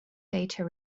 later